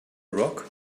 rock